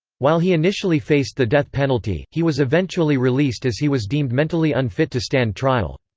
while he initially faced the death penalty, he was eventually released as he was deemed mentally unfit to stand trial.